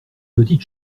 petite